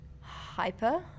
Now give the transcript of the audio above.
hyper